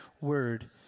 word